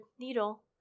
Needle